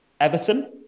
Everton